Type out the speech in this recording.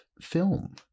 film